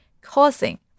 causing